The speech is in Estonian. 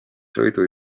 sõidu